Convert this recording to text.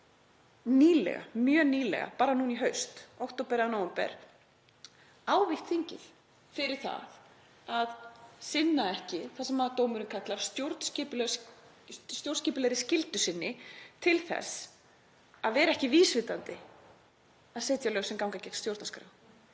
sjálfur mjög nýlega, bara núna í haust, október eða nóvember, ávítt þingið fyrir það að sinna ekki því sem dómurinn kallar stjórnskipulega skyldu þess til að vera ekki vísvitandi að setja lög sem ganga gegn stjórnarskrá.